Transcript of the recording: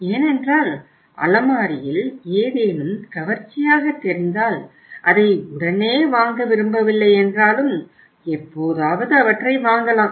ஏனென்றால் அலமாரியில் ஏதேனும் கவர்ச்சியாகத் தெரிந்தால் அதை உடனே வாங்க விரும்பவில்லை என்றாலும் எப்போதாவது அவற்றை வாங்கலாம்